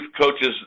coaches